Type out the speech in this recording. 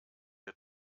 der